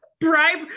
bribe